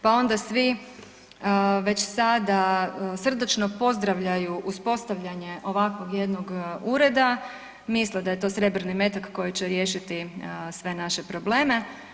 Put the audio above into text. Pa onda svi već sada srdačno pozdravljaju uspostavljanje ovakvog jednog ureda, misle da je to srebrni metak koji će riješiti sve naše probleme.